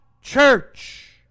church